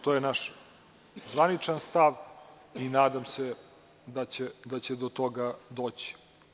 To je naš zvaničan stav i nadam se da će do toga doći.